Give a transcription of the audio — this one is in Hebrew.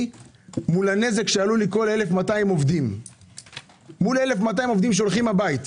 מול הנזק של 1,200 עובדים שהולכים הביתה.